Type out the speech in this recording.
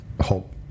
hope